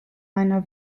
einer